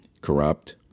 corrupt